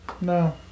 no